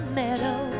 meadow